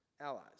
allies